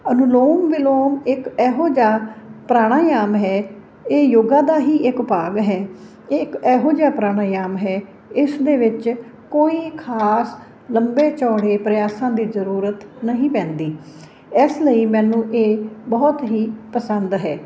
ਅਨੁਲੋਮ ਵਿਲੋਮ ਇੱਕ ਇਹੋ ਜਿਹਾ ਪ੍ਰਾਣਾਯਾਮ ਹੈ ਇਹ ਯੋਗਾ ਦਾ ਹੀ ਇੱਕ ਭਾਗ ਹੈ ਇਹ ਇਕ ਇਹੋ ਜਿਹਾ ਪ੍ਰਾਣਾਯਾਮ ਹੈ ਇਸ ਦੇ ਵਿੱਚ ਕੋਈ ਖ਼ਾਸ ਲੰਬੇ ਚੌੜੇ ਪ੍ਰਿਆਸਾਂ ਦੀ ਜ਼ਰੂਰਤ ਨਹੀਂ ਪੈਂਦੀ ਇਸ ਲਈ ਮੈਨੂੰ ਇਹ ਬਹੁਤ ਹੀ ਪਸੰਦ ਹੈ